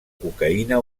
cocaïna